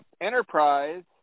Enterprise